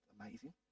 amazing